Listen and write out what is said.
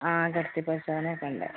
ആ കിടത്തി പരിശോധന ഒക്കെ ഉണ്ട്